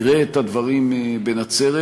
יראה את הדברים בנצרת,